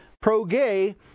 pro-gay